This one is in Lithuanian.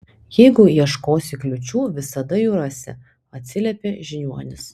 jeigu ieškosi kliūčių visada jų rasi atsiliepė žiniuonis